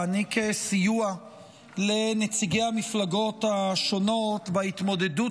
להעניק סיוע לנציגי המפלגות השונות בהתמודדות